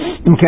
okay